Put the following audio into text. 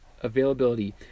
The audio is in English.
availability